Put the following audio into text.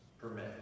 permit